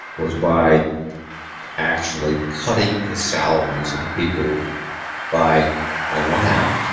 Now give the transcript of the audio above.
was by actually cutting the salaries of the people by ah one half,